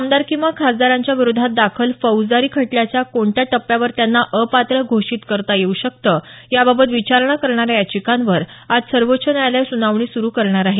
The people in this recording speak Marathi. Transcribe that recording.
आमदार किंवा खासदारांच्या विरोधात दाखल फौजदारी खटल्याच्या कोणत्या टप्प्यावर त्यांना अपात्र घोषित करता येऊ शकतं याबाबत विचारणा करणाऱ्या याचिकांवर आज सर्वोच्च न्यायालय सुनावणी सुरू करणार आहे